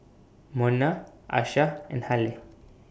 Monna Asha and Halle